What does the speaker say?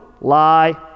Lie